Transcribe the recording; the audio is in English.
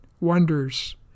wonders